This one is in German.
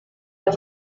der